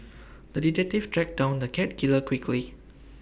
the detective tracked down the cat killer quickly